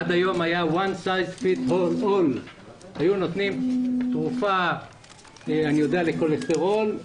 עד היום היו נותנים תרופה לכולסטרול,